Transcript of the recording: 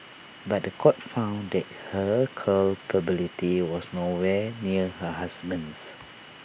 but The Court found that her culpability was nowhere near her husband's